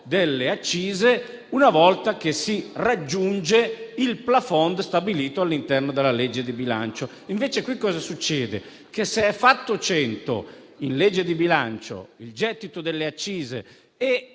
delle accise una volta che si raggiunge il *plafond* stabilito all'interno della legge di bilancio. Invece qui cosa succede? Avviene che, se fatto 100 in legge di bilancio il gettito delle accise e